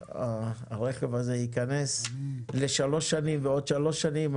הרכב הזה ייכנס לשלוש שנים ועוד שלוש שנים,